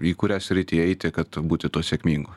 į kurią sritį eiti kad būti tuo sėkmingu